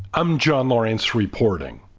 i'm john lawrence reporting.